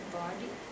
body